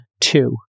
two